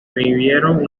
vivieron